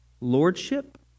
Lordship